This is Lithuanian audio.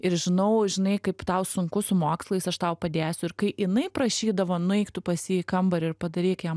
ir žinau žinai kaip tau sunku su mokslais aš tau padėsiu ir kai jinai prašydavo nueik tu pas jį į kambarį ir padaryk jam